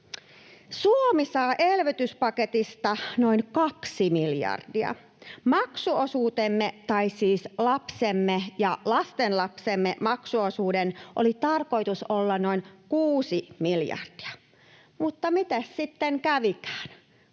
Suomi saa elvytyspaketista noin kaksi miljardia. Maksu-osuutemme, tai siis lastemme ja lastenlastemme maksuosuuden, oli tarkoitus olla noin kuusi miljardia. Mutta mites sitten kävikään?